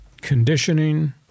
conditioning